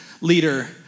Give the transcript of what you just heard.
leader